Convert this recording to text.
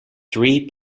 three